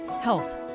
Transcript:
health